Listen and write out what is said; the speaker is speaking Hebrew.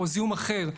או זיהום אחר,